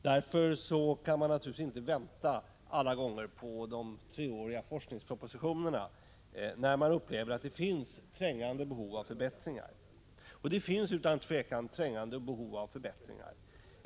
Därför kan man naturligtvis inte alla gånger vänta på de treåriga forskningspropositionerna när man upplever att det finns trängande behov av förbättringar — och det finns utan tvivel sådana behov.